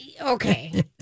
okay